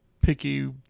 picky